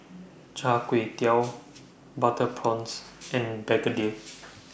Char Kway Teow Butter Prawns and Begedil